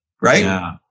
right